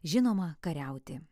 žinoma kariauti